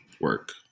work